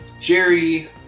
Jerry